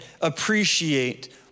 appreciate